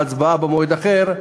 וההצבעה תהיה במועד אחר,